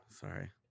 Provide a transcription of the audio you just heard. sorry